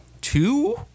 two